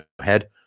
head